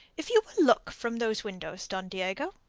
if you will look from those windows, don diego,